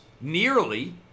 Nearly